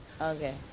Okay